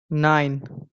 nine